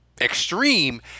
extreme